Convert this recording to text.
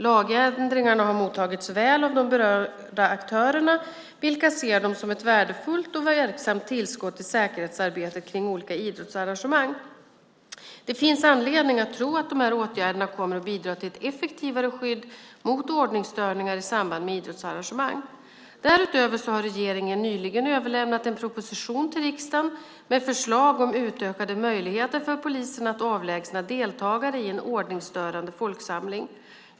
Lagändringarna har mottagits väl av de berörda aktörerna, vilka ser dem som ett värdefullt och verksamt tillskott i säkerhetsarbetet kring olika idrottsarrangemang. Det finns anledning att tro att dessa åtgärder kommer att bidra till ett effektivare skydd mot ordningsstörningar i samband med idrottsarrangemang. Därutöver har regeringen nyligen överlämnat en proposition till riksdagen med förslag om utökade möjligheter för polisen att avlägsna deltagare i en ordningsstörande folksamling.